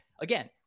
again